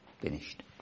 finished